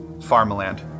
farmland